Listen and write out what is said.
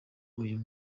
uyu